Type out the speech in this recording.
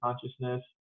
consciousness